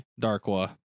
Darkwa